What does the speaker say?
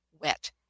wet